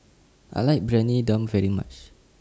I like Briyani Dum very much